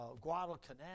Guadalcanal